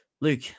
Luke